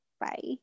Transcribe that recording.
Bye